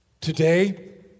Today